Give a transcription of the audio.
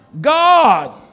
God